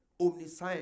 omniscience